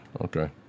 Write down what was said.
okay